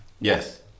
Yes